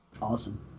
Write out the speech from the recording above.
Awesome